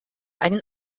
einen